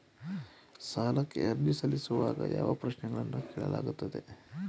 ಸಾಲಕ್ಕೆ ಅರ್ಜಿ ಸಲ್ಲಿಸುವಾಗ ಯಾವ ಪ್ರಶ್ನೆಗಳನ್ನು ಕೇಳಲಾಗುತ್ತದೆ?